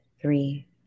three